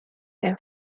than